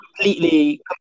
completely